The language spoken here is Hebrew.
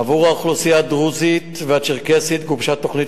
עבור האוכלוסייה הדרוזית והצ'רקסית גובשה תוכנית